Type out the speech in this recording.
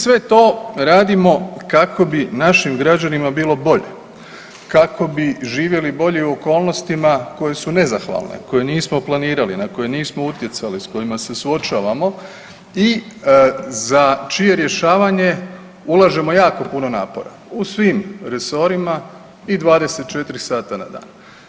Sve to radimo kako bi našim građanima bilo bolje, kako bi živjeli bolje i u okolnostima koje su nezahvalne, koje nismo planirali, na koje nismo utjecali, s kojima se suočavamo i za čije rješavanje ulažemo jako puno napora u svim resorima i 24 sata na dan.